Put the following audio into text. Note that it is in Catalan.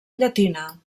llatina